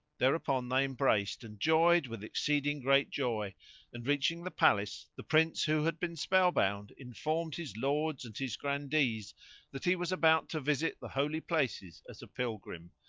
thereupon they embraced and joyed with exceeding great joy and, reaching the palace, the prince who had been spell bound informed his lords and his grandees that he was about to visit the holy places as a pilgrim,